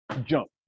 jump